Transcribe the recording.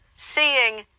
Seeing